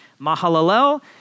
Mahalalel